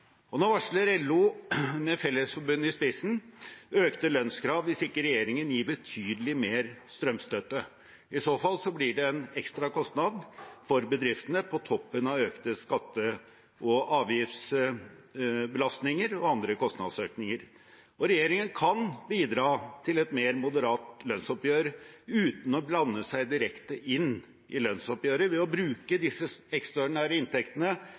Nå varsler LO med Fellesforbundet i spissen økte lønnskrav hvis ikke regjeringen gir betydelig mer strømstøtte. I så fall blir det en ekstra kostnad for bedriftene på toppen av økte skatte- og avgiftsbelastninger og andre kostnadsøkninger. Regjeringen kan bidra til et mer moderat lønnsoppgjør uten å blande seg direkte inn i lønnsoppgjøret ved å bruke disse ekstraordinære inntektene